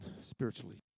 spiritually